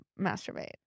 masturbate